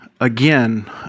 again